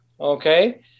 okay